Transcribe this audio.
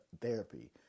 therapy